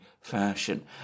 fashion